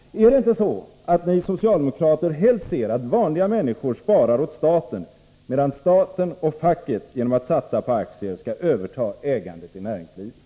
Är det inte så, att ni socialdemokrater helst ser att vanliga människor sparar åt staten, medan staten och facket — genom att satsa på aktier — skall överta ägandet i näringslivet?